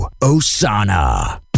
Osana